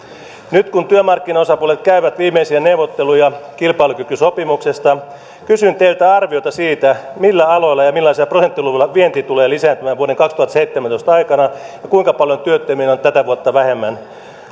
nyt kun työmarkkinaosapuolet käyvät viimeisiä neuvotteluja kilpailukykysopimuksesta kysyn teiltä arviota siitä millä aloilla ja ja millaisilla prosenttiluvuilla vienti tulee lisääntymään vuoden kaksituhattaseitsemäntoista aikana kuinka paljon työttömiä on ensi vuonna tätä vuotta vähemmän